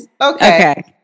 Okay